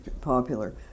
popular